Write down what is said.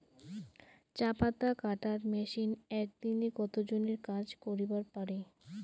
চা পাতা কাটার মেশিন এক দিনে কতজন এর কাজ করিবার পারে?